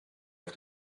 auf